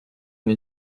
une